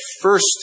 first